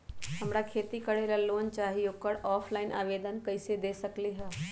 हमरा खेती करेला लोन चाहि ओकर ऑफलाइन आवेदन हम कईसे दे सकलि ह?